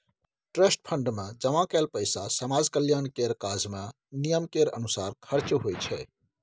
trust fund मे जमा कएल पैसा समाज कल्याण केर काज मे नियम केर अनुसार खर्च होइ छै